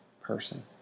person